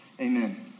Amen